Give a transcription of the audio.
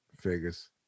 Figures